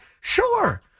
Sure